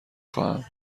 خواهم